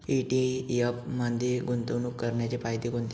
ETF मध्ये गुंतवणूक करण्याचे फायदे कोणते?